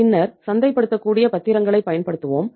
பின்னர் சந்தைப்படுத்தக்கூடிய பத்திரங்களைப் பயன்படுத்துவோம்